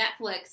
Netflix